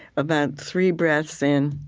about three breaths in,